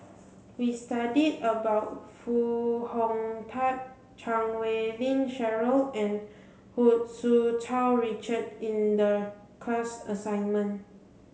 we studied about Foo Hong Tatt Chan Wei Ling Cheryl and Hu Tsu Tau Richard in the class assignment